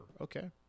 Okay